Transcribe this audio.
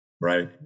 right